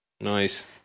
Nice